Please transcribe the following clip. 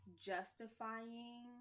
justifying